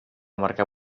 marcar